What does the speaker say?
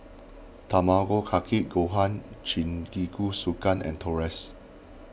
Tamago Kake Gohan Jingisukan and Tortillas